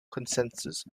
consensus